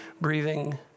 breathing